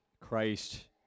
Christ